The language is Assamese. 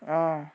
অঁ